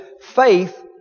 Faith